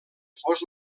fos